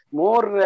more